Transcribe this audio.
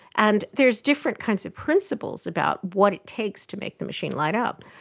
and there's different kinds of principles about what it takes to make the machine light up.